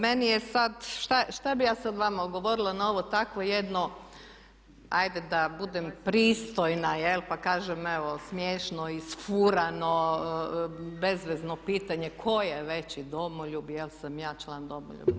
Meni je sad, šta bi ja sad vama odgovorila na ovo takvo jedno hajde da budem pristojna jel' pa kažem evo smiješno, isfurano, bezvezno pitanje tko je veći domoljub jel' sam ja član Domoljubne.